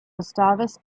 gustavus